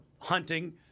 hunting